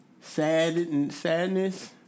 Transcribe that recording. Sadness